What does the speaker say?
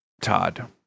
Todd